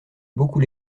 beaucoup